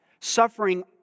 suffering